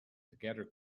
together